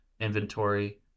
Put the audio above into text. inventory